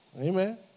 Amen